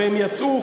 והם יצאו,